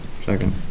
Second